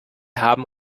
haben